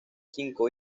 cinco